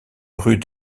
rue